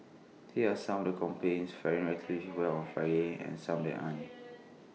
here are some of the companies faring relatively well on Friday and some that aren't